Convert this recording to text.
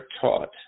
taught